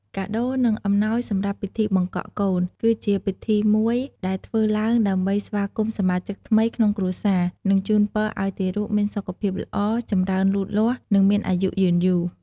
កាដូ និង អំណោយសម្រាប់ពិធីបង្កក់កូន គឺជាពិធីមួយដែលធ្វើឡើងដើម្បីស្វាគមន៍សមាជិកថ្មីក្នុងគ្រួសារ និងជូនពរឲ្យទារកមានសុខភាពល្អ ចម្រើនលូតលាស់ និងមានអាយុយឺនយូរ។